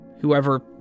whoever